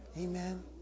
Amen